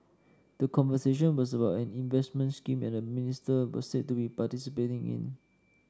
the conversation was about an investment scheme and the minister was said to be participating in